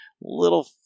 little